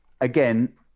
again